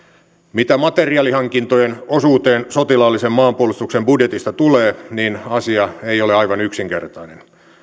mitä materiaalihankintojen osuuteen sotilaallisen maanpuolustuksen budjetista tulee niin asia ei ole aivan yksinkertainen